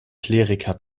kleriker